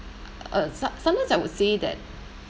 uh some~ sometimes I would say that